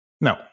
No